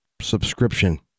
subscription